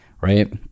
right